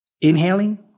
inhaling